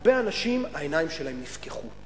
והרבה אנשים, העיניים שלהם נפקחו.